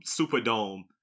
Superdome